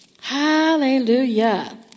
Hallelujah